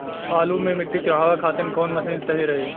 आलू मे मिट्टी चढ़ावे खातिन कवन मशीन सही रही?